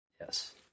Yes